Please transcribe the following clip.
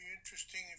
interesting